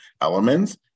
elements